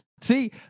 See